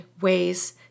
ways